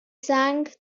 sang